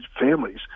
families